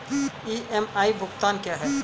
EMI भुगतान क्या है?